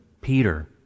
Peter